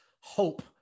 hope